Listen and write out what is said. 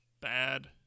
bad